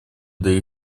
для